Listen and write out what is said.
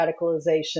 radicalization